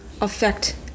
affect